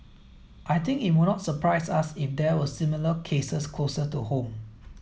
I think it would not surprise us if there were similar cases closer to home